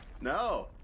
No